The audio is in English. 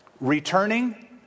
Returning